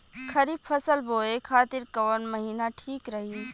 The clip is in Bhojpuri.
खरिफ फसल बोए खातिर कवन महीना ठीक रही?